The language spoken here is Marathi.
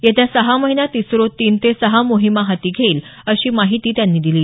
येत्या सहा महिन्यात इस्रो तीन ते सहा मोहिमा हाती घेईल अशी माहिती त्यांनी दिली